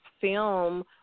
film